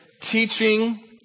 teaching